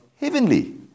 heavenly